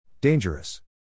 Dangerous